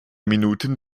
minuten